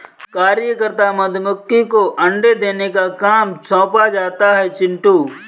कार्यकर्ता मधुमक्खी को अंडे देने का काम सौंपा जाता है चिंटू